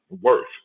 worth